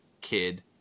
kid